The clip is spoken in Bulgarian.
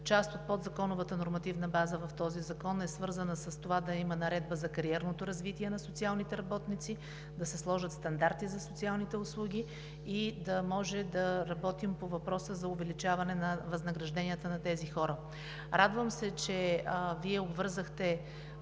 Част от подзаконовата нормативна база в този закон е свързана с това да има наредба за кариерното развитие на социалните работници, да се сложат стандарти за социалните услуги и да може да работим по въпроса за увеличаване на възнагражденията на тези хора. Радвам се, че Вие обвързахте